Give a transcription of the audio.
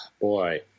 boy